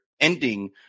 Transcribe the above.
ending